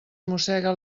mossega